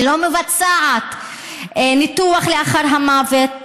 היא לא מבצעת ניתוח לאחר המוות.